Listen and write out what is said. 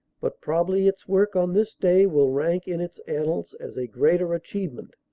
but probably its work on this day will rank in its annals as a greater achievement,